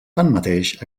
tanmateix